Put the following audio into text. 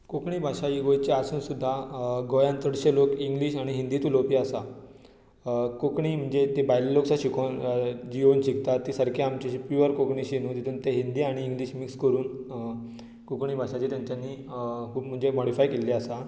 कोंकणी भाशा ही गोंयची आसून सुद्दा गोंयांत चडशे लोक इंग्लीश आनी हिंदीच उलोवपी आसा कोंकणी म्हणजे जे भायले लोक जी येवन शिकतात ती सारकी आमची प्यूर कोंकणी शी न्हू तितूंत ते हिंदी आनी इंग्लीश मिक्स करून कोंकणी भाशा खूब तेंच्यांनी मॉडिफाय केल्ली आसा